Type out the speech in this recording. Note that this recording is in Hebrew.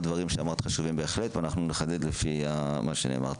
הדברים שאמרת חשובים ואנחנו נחדד לפי מה שנאמר.